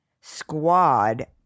squad